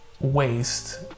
waste